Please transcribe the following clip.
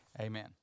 Amen